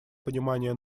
понимание